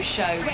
Show